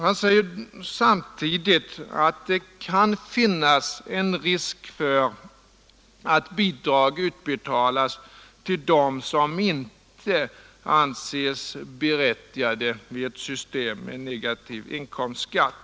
Han säger samtidigt att det kan finnas en risk för att bidrag utbetalas till dem som inte anses berättigade vid ett system med negativ inkomstskatt.